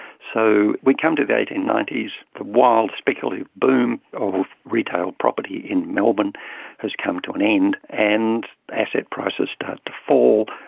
so we come to the eighteen ninety s, the wild speculative boom of retail property in melbourne has come to an end, and asset prices start to fall,